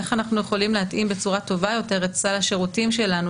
איך אנחנו יכולים להתאים בצורה טובה יותר את סל השירותים שלנו